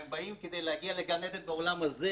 הם באים כדי להגיע לגן עדן בעולם הזה,